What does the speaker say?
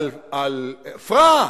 על אפרת,